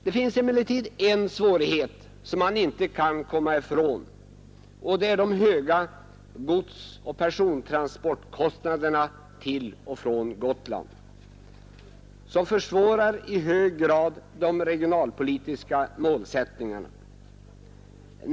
Det finns emellertid en svårighet som man inte kan komma ifrån, och det är de höga godsoch persontransportkostnaderna till och från fastlandet, vilka i hög grad försvårar strävandena att uppnå de regionalpolitiska målsättningarna.